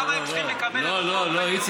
למה הם צריכים לקבל את אותם דמי ניהול?